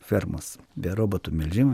fermas be robotų melžimo